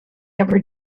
ever